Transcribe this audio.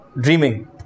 dreaming